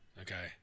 Okay